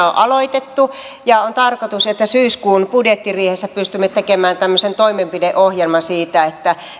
on aloitettu ja on tarkoitus että syyskuun budjettiriihessä pystymme tekemään tämmöisen toimenpideohjelman siitä